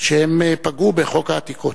שהן פגעו בחוק העתיקות.